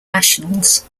nationals